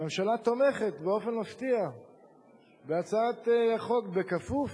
הממשלה תומכת באופן מפתיע בהצעת החוק, בכפוף